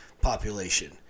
population